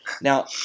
Now